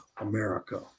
America